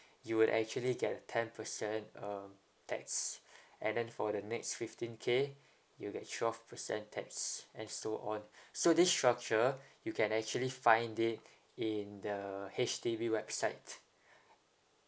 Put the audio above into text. you'll actually get a ten percent um tax and then for the next fifteen K you'll get twelve percent tax and so on so this structure you can actually find it in the H_D_B website